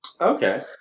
Okay